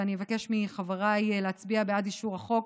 ואני אבקש מחבריי להצביע בעד אישור החוק,